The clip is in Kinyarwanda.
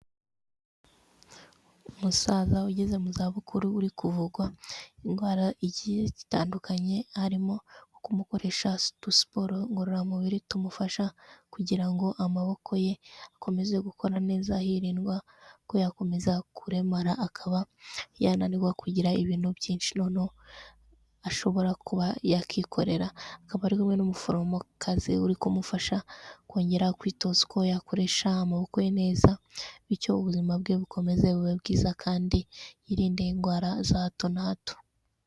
Umusaza ugeze mu za bukuru uri kuvugwa indwara zigihe zitandukanye, harimo kumukoresha udusiporo ngororamubiri tumufasha kugira ngo amaboko ye akomeze gukora neza hirindwa ko yakomeza kuremara akaba yananirwa kugira ibintu byinshi noneho ashobora kuba yakikorera akaba ari kumwe n'umuforomokazi uri kumufasha kongera kwitoza uko yakoresha amaboko ye neza, bityo ubuzima bwe bukomeze bube bwiza kandi yirinde indwara za hato na hato.